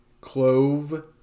clove